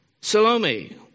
Salome